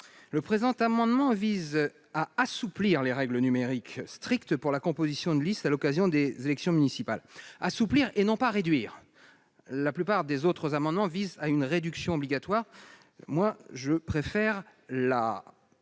le présent amendement vise à assouplir les règles numérique strictes pour la composition de liste à l'occasion des élections municipales assouplir, et non pas réduire la plupart des autres amendements visent à une réduction obligatoire, moi je préfère la